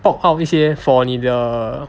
fork out 一些 for 你的